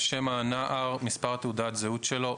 שם הנער, מספר תעודת זהות שלו.